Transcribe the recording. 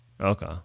Okay